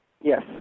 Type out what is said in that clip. Yes